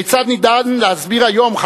כיצד ניתן להסביר היום,